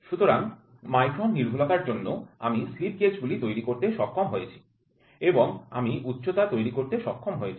সুতরাং মাইক্রন নির্ভুলতার জন্য আমি স্লিপ গেজ গুলি তৈরি করতে সক্ষম হয়েছি এবং আমি উচ্চতা তৈরি করতে সক্ষম হয়েছি